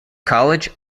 college